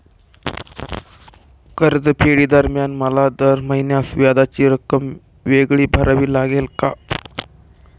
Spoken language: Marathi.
कर्जफेडीदरम्यान मला दर महिन्यास व्याजाची रक्कम वेगळी भरावी लागेल का?